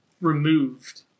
removed